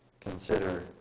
consider